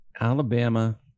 Alabama